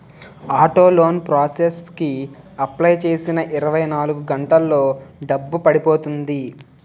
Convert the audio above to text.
auto loan process కి apply చేసిన ఇరవై నాలుగు గంటల్లో డబ్బు పడిపోతుంది